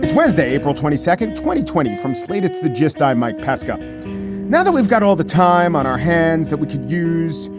wednesday, april twenty second. twenty twenty from slate. it's the gist. i'm mike pesca now that we've got all the time on our hands that we could use,